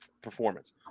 performance